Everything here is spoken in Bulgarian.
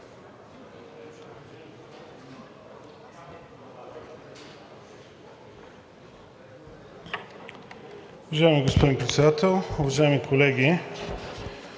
Уважаеми господин Председател, уважаеми колеги!